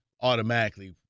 automatically